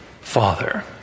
Father